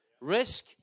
risk